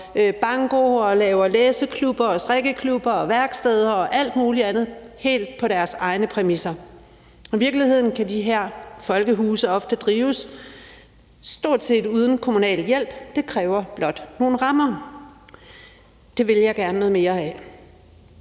banko, laver læseklubber, strikkeklubber, værksteder og alt mulig andet helt på deres egne præmisser. I virkeligheden kan de her folkehuse ofte drives stort set uden kommunal hjælp; det kræver blot nogle rammer. Det vil jeg gerne have noget mere af.